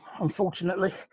unfortunately